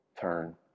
turn